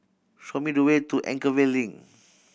show me the way to Anchorvale Link